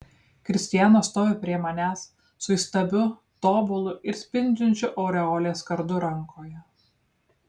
kristijanas stovi prie manęs su įstabiu tobulu ir spindinčiu aureolės kardu rankoje